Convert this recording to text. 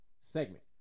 segment